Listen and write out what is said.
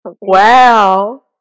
Wow